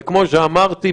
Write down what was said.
וכמו שאמרתי,